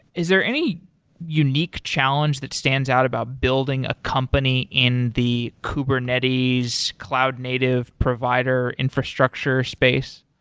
is there any unique challenge that stands out about building a company in the kubernetes, cloud native provider infrastructure space?